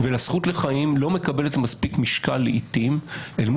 לעתים הזכות לחיים לא מקבלת מספיק משקל אל מול